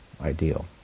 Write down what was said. ideal